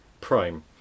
Prime